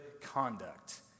conduct